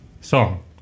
song